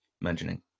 mentioning